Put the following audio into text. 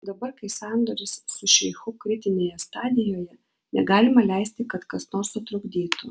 dabar kai sandoris su šeichu kritinėje stadijoje negalima leisti kad kas nors sutrukdytų